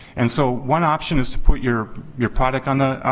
and so, one option is to put your your product on